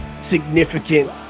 significant